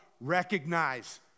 Recognize